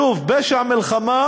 שוב: פשע מלחמה,